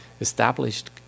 established